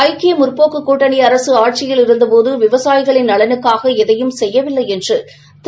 ஐக்கிய முற்போக்கு கூட்டணி அரசு ஆட்சியில் இருந்த போது விவசாயிகளின் நலனுக்காக எதையும் செய்யவில்லை என்று திரு